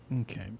Okay